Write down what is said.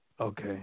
Okay